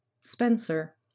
Spencer